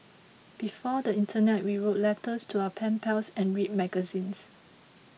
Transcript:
before the internet we wrote letters to our pen pals and read magazines